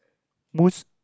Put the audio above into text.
mousse